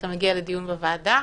שאתה מגיע לדיון בוועדה.